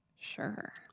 Sure